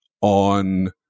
on